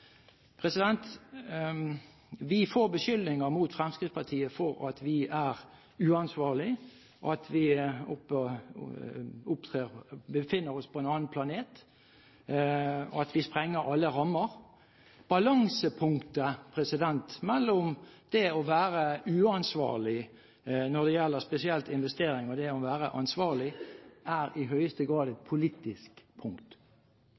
beskyldninger mot Fremskrittspartiet for at vi er uansvarlige, at vi befinner oss på en annen planet, og at vi sprenger alle rammer. Balansepunktet mellom det å være uansvarlig når det gjelder spesielt investering, og det å være ansvarlig, er i høyeste grad et politisk punkt.